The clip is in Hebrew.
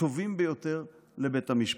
הטובים ביותר לבית המשפט.